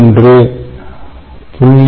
1 0